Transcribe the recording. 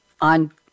on